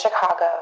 Chicago